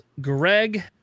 Greg